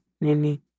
Nini